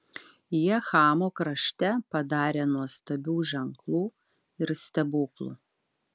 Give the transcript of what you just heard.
jie chamo krašte padarė nuostabių ženklų ir stebuklų